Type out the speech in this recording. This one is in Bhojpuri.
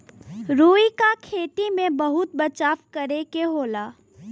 रुई क खेती में बहुत बचाव करे के होला